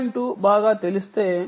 2 బాగా తెలిస్తే 5